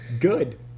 Good